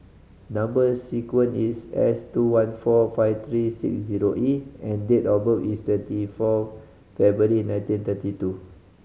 number sequence is S two one four five three six zero E and date of birth is twenty four February nineteen thirty two